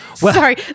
Sorry